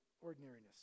ordinariness